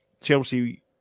Chelsea